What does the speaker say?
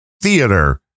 theater